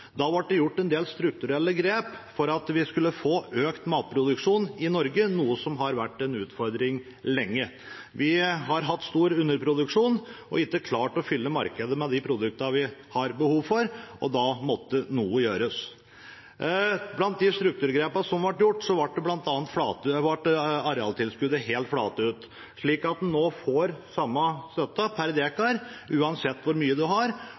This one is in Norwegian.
Da ble det gjort en del strukturelle grep for at vi skulle få økt matproduksjon i Norge, noe som har vært en utfordring lenge. Vi har hatt stor underproduksjon og ikke klart å fylle markedet med de produktene vi har behov for, og da måtte noe gjøres. Blant de strukturgrepene som ble gjort, ble bl.a. arealtilskuddet helt flatet ut, slik at en nå får samme støtte per dekar uansett hvor mye en har,